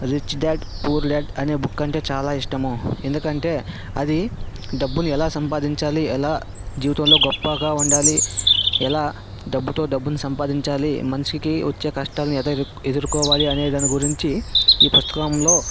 rich dad poor dad అనే book అంటే చాల ఇష్టము ఎందుకంటే అది డబ్బుని ఎలా సంపాదించాలి ఎలా జీవితంలో గొప్పగా ఉండాలి ఎలా డబ్బుతో డబ్బుని సంపాదించాలి మనిషికి వచ్చే కష్టాల్ని ఎలా ఎదుర్కోవాలి అనే దాని గురించి ఈ పుస్తకంలో